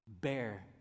bear